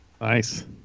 Nice